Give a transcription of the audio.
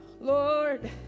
lord